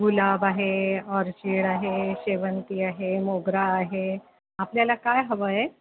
गुलाब आहे ऑर्चिड आहे शेवंती आहे मोगरा आहे आपल्याला काय हवं आहे